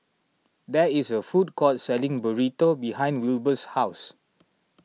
there is a food court selling Burrito behind Wilbur's house